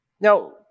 Now